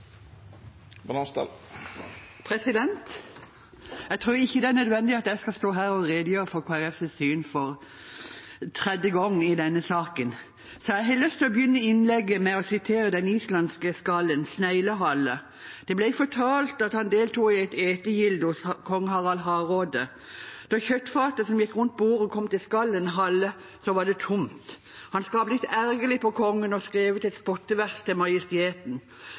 redegjøre for Kristelig Folkepartis syn i denne saken, så jeg har lyst til å begynne innlegget med å sitere den islandske skalden Snegle-Halle. Det ble fortalt at han deltok i et etegilde hos kong Harald Hardråde. Da kjøttfatet som gikk rundt bordet, kom til skalden Halle, var det tomt. Han skal ha blitt ergerlig på kongen og skrevet et spottevers til